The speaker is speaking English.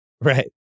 Right